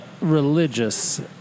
religious